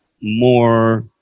more